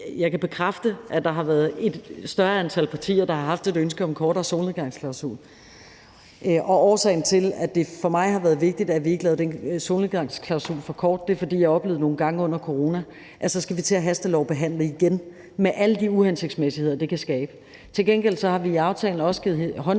Jeg kan bekræfte, at der har været et større antal partier, der har haft et ønske om en kortere solnedgangsklausul. Årsagen til, at det for mig har været vigtigt, at vi ikke laver den solnedgangsklausul for kort, er, at jeg nogle gange under corona oplevede, at vi så skal til at hastelovbehandle igen med alle de uhensigtsmæssigheder, det kan skabe. Til gengæld har vi i aftalen også givet håndslag